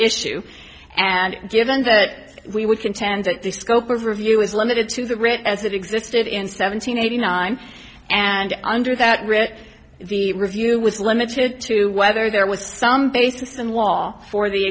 issue and given that we would contend that the scope of review is limited to the writ as it existed in seventeen eighty nine and under that writ the review was limited to whether there was some basis in law for the